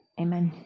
Amen